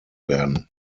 werden